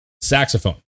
saxophone